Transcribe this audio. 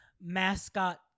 mascot